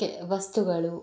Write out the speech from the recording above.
K ವಸ್ತುಗಳು